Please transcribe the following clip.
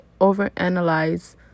overanalyze